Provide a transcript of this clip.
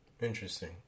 Interesting